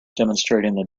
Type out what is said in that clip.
demonstrating